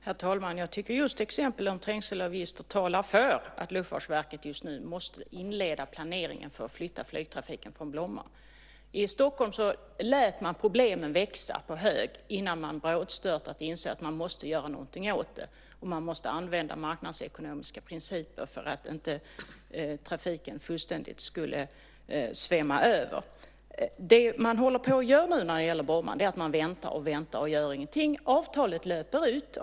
Herr talman! Jag tycker att just exemplet om trängselavgifter talar för att Luftfartsverket nu måste inleda planeringen att flytta flygtrafiken från Bromma. I Stockholm lät man problemen växa på hög innan man brådstörtat insåg att man måste göra någonting åt det. Man måste använda marknadsekonomiska principer för att inte trafiken fullständigt skulle svämma över. Det man håller på att göra nu när det gäller Bromma är att man väntar och väntar och inte gör någonting. Avtalet löper ut.